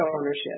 ownership